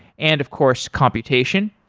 and of course, computation.